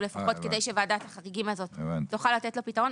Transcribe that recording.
לפחות כדי שוועדת החריגים ה זאת תוכל לתת לו פתרון.